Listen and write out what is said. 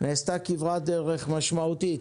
נעשתה כברת דרך משמעותית